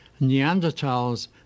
Neanderthals